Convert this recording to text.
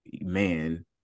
man